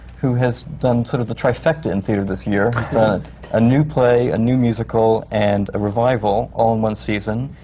who has done sort of the trifecta in theatre this year. he's done a new play, a new musical, and a revival, all in one season,